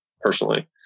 personally